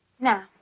Now